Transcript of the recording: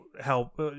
help